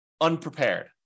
unprepared